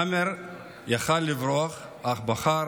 עאמר יכול היה לברוח, אך בחר